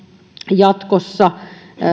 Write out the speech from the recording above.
jatkossa